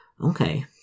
Okay